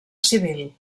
civil